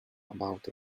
about